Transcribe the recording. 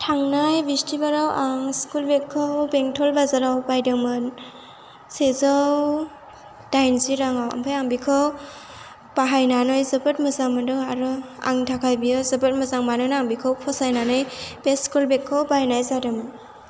थांनाय बिस्टिबाराव आं स्कुल बेगखौ बेंथल बाजाराव बायदोंमोन सेजौ दाइनजि रांआव ओमफ्राय आं बेखौ बाहायनानै जोबोद मोजां मोनदों आरो आंनि थाखाय बेयो जोबोद मोजां मानोना आं बेखौ फसायनानै बे स्कुल बेगखौ बायनाय जादोंमोन